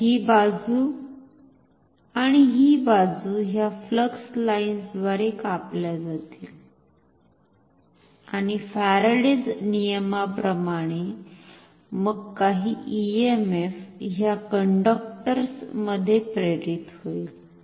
तर ही बाजु आणि ही बाजु ह्या फ्लक्स लाईन्स द्वारे कापल्या जातील आणि फॅरेडेजFaraday's नियमाप्रमाणेमग काही ईएमएफ ह्या कंडक्टर्स मध्ये प्रेरित होईल